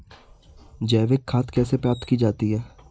जैविक खाद कैसे प्राप्त की जाती है?